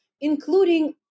including